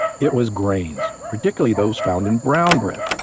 it was grains particularly those found in brown bread.